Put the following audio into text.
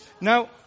Now